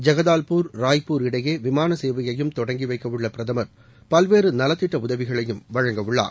ஜகதாவ்பூர் ராய்ப்பூர் இடையே விமான சேவையையும் தொடங்கிவைக்கவுள்ள பிரதமர் பல்வேறு நலத்திட்ட உதவிகளையும் வழங்கவுள்ளார்